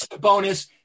bonus